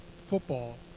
football